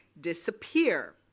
disappear